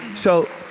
so